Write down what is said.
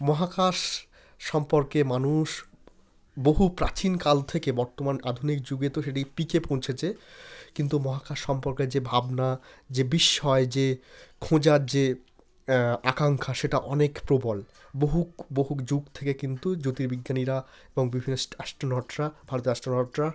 মহাকাশ সম্পর্কে মানুষ বহু প্রাচীনকাল থেকে বর্তমান আধুনিক যুগে তো সেটি পিকে পৌঁছেছে কিন্তু মহাকাশ সম্পর্কে যে ভাবনা যে বিস্ময় যে খোঁজার যে আকাঙ্ক্ষা সেটা অনেক প্রবল বহু বহু যুগ থেকে কিন্তু জ্যোতির্বিজ্ঞানীরা এবং বিভিন্ন স্ট অ্যাস্ট্রনটরা ভারতে অ্যাস্ট্রনটরা